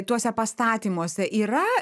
tuose pastatymuose yra